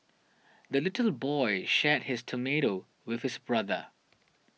the little boy shared his tomato with his brother